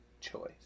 choice